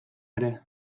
ere